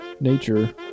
nature